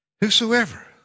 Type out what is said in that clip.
Whosoever